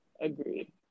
Agreed